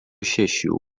šešių